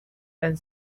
and